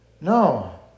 No